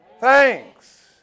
Thanks